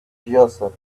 joseph